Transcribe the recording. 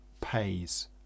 pays